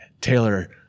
Taylor